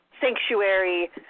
sanctuary